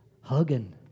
hugging